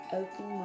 open